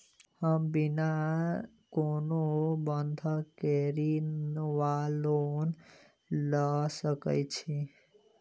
हम बिना कोनो बंधक केँ ऋण वा लोन लऽ सकै छी?